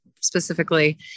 specifically